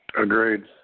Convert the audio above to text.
Agreed